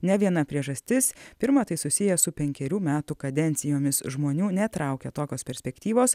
ne viena priežastis pirma tai susiję su penkerių metų kadencijomis žmonių netraukia tokios perspektyvos